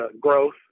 growth